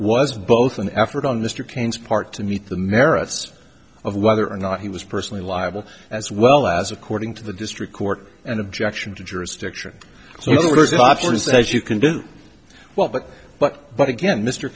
was both an effort on mr cain's part to meet the merits of whether or not he was personally liable as well as according to the district court an objection to jurisdiction so it was offered as you can do well but but but again mr